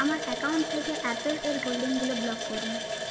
আমার অ্যাকাউন্ট থেকে অ্যাপেল এর হোল্ডিংগুলো ব্লক করুন